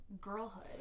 girlhood